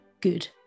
good